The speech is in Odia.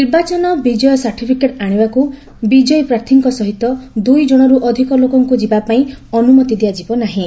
ନିର୍ବାଚନ ବିଜୟ ସାର୍ଟିଫିକେଟ୍ ଆଶିବାକୁ ବିଜୟୀ ପ୍ରାର୍ଥୀଙ୍କ ସହିତ ଦୁଇ ଜଣରୁ ଅଧିକ ଲୋକଙ୍କୁ ଯିବା ପାଇଁ ଅନୁମତି ଦିଆଯିବ ନାହିଁ